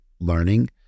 learning